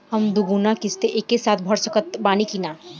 हम दु गो किश्त एके साथ भर सकत बानी की ना?